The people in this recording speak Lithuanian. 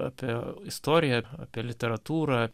apie istoriją apie literatūrą